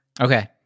Okay